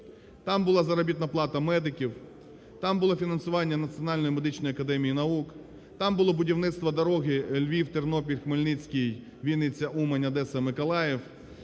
там була заробітна плата медиків, там було фінансування Національної медичної академії наук, там було будівництво дороги Львів, Тернопіль, Хмельницький, Вінниця, Умань, Одеса, Миколаїв,